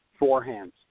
forehands